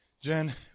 Jen